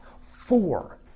four